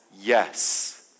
yes